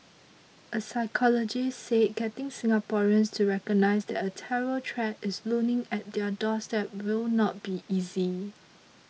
a psychologist said getting Singaporeans to recognise that a terror threat is looming at their doorstep will not be easy